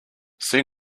see